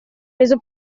reso